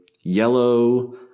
yellow